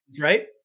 right